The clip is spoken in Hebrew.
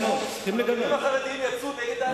הרבנים החרדים יצאו נגד האלימות הזאת.